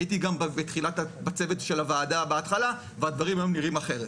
הייתי גם בצוות של הוועדה בהתחלה והדברים היום נראים אחרת.